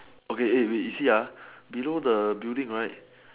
okay eh wait you see ah below the building right